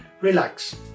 relax